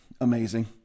Amazing